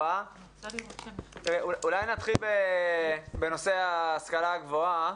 אולי נתחיל בנושא ההשכלה הגבוהה,